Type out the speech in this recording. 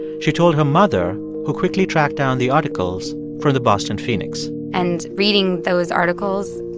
she told her mother, who quickly tracked down the articles from the boston phoenix and reading those articles